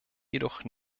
jedoch